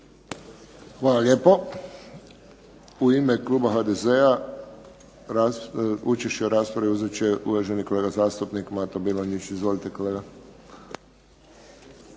Hvala lijepo. U ime kluba HDZ-a, učešće u raspravi uzet će uvaženi kolega zastupnik Mato Bilonjić. Izvolite kolega.